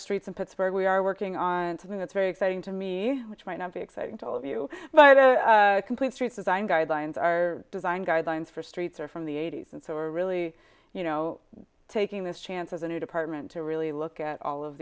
streets in pittsburgh we are working on something that's very exciting to me which might not be exciting to all of you but to complete streets design guidelines are designed guidelines for streets or from the eighty's and so we're really you know taking this chance as a new department to really look at all of